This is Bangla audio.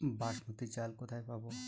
বাসমতী চাল কোথায় পাবো?